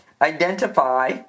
Identify